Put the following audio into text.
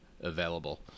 available